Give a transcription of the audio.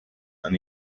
and